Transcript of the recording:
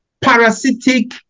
parasitic